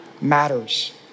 matters